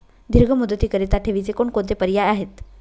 दीर्घ मुदतीकरीता ठेवीचे कोणकोणते पर्याय आहेत?